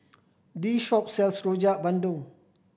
this shop sells Rojak Bandung